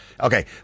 okay